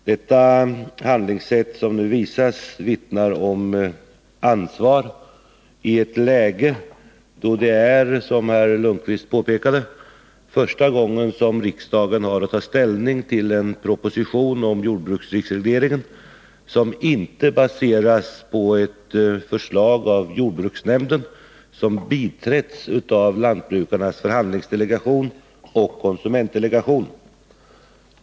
Det handlingssätt som nu visas vittnar om ansvar i ett läge då, som Svante Lundkvist påpekade, riksdagen för första gången har att ta ställning till en proposition om jordbruksprisregleringen som inte baseras på ett förslag av jordbruksnämnden, som har biträtts av Lantbrukarnas förhandlingsdelegation och konsumentdelegationen.